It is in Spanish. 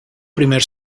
primer